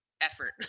Effort